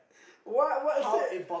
what what said